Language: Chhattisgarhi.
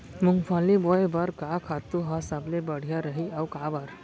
मूंगफली बोए बर का खातू ह सबले बढ़िया रही, अऊ काबर?